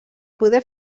poder